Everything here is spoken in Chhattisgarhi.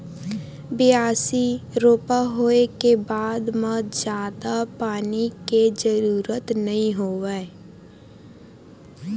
बियासी, रोपा होए के बाद म जादा पानी के जरूरत नइ होवय